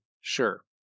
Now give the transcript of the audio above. Sure